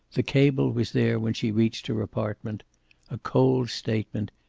the cable was there when she reached her apartment a cold statement,